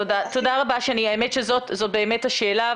תודה רבה שני, זאת באמת השאלה.